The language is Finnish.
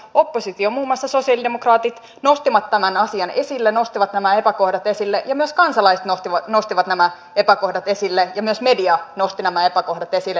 opposition huumassa sosialidemokraatit nostivat tämän vaan sen takia että oppositio muun muassa sosialidemokraatit kansalaiset ja myös media nostivat nämä epäkohdat esille